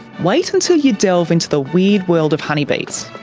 wait until you delve into the weird world of honeybees.